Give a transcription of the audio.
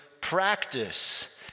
practice